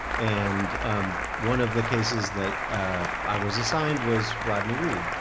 and one of the cases that i was assigned was rodney reed.